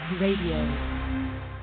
Radio